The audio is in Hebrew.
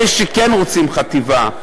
אלה שכן רוצים חטיבה,